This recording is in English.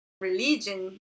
religion